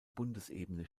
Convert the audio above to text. bundesebene